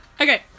Okay